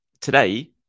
today